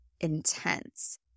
intense